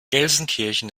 gelsenkirchen